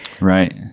Right